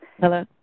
Hello